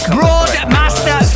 Broadmaster